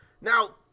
Now